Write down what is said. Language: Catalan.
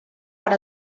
per